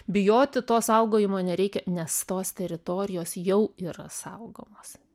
bijoti to saugojimo nereikia nes tos teritorijos jau yra saugomos